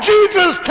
Jesus